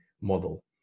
model